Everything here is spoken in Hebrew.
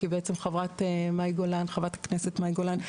כי בעצם חברת הכנסת מאי גולן,